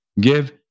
give